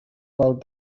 about